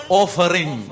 offering